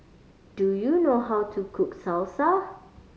do you know how to cook Salsa